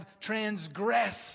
transgressed